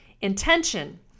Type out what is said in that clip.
intention